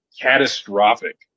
catastrophic